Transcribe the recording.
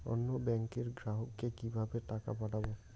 অন্য ব্যাংকের গ্রাহককে কিভাবে টাকা পাঠাবো?